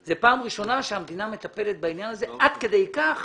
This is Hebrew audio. זאת פעם ראשונה שהמדינה מטפלת בעניין הזה עד כדי כך